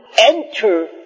enter